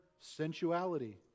sensuality